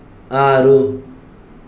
ಆರು